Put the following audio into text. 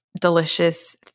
delicious